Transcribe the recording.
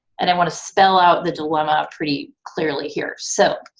and i want to spell out the dilemma pretty clearly here. so,